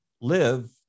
live